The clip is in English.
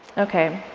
ok,